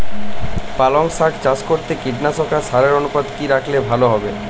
পালং শাক চাষ করতে কীটনাশক আর সারের অনুপাত কি রাখলে ভালো হবে?